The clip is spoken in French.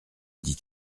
dit